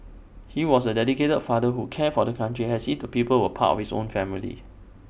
he was A dedicated father who cared for the country as if the people were part of his own family